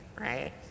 right